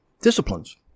disciplines